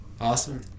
Awesome